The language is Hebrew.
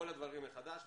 כל הדברים מחדש,